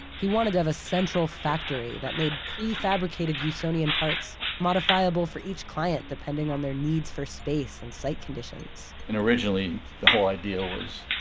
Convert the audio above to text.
he wanted to have a central factory that made prefabricated usonian parts, modifiable for each client depending on their needs for space and site conditions and originally the whole idea was,